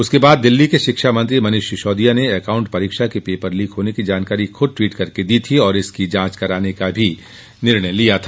उसके बाद दिल्ली के शिक्षा मंत्री मनीष सिसोदिया ने एकाउंट परीक्षा के पेपर लीक होने की जानकारी खुद ट्वीट करके दी थी और इसकी जांच कराने का भी निर्णय लिया था